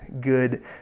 good